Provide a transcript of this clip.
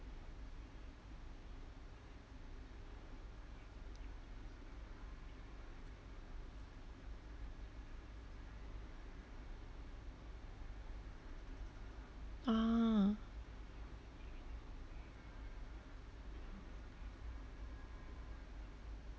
ah